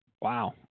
Wow